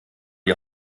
die